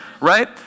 right